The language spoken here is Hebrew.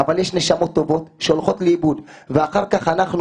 אבל יש נשמות טובות שהולכות לאיבוד ואחר כך אנחנו